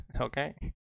Okay